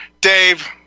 dave